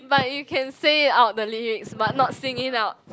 but you can say out the lyrics but not sing it out